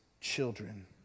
children